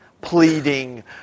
pleading